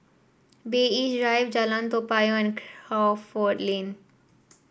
Bay East Drive Jalan Toa Payoh and Crawford Lane